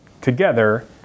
together